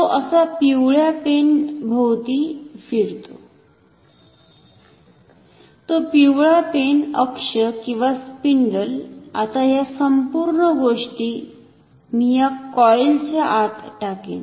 तो असा पिवळ्या पेन भोवती फिरतो तो पिवळा पेन अक्ष किंवा स्पिंडल आता ह्या संपूर्ण गोष्टी मी कॉईल च्या आत टाकेन